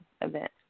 event